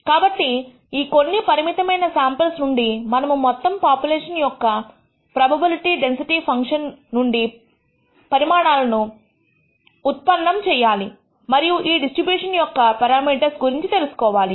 కాబట్టి కాబట్టి ఈ కొన్ని పరిమితమైన శాంపిల్స్ నుండి మనము మొత్తము పాపులేషన్ యొక్క ఒక ప్రోబబిలిటీ డెన్సిటీ ఫంక్షన్ నుండి పరిణామాలను ఉత్పలము చేయాలి మరియు ఈ డిస్ట్రిబ్యూషన్ యొక్క పెరామీటర్స్ గురించి తెలుసుకోవాలి